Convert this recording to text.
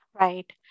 Right